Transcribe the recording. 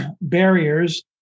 barriers